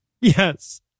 Yes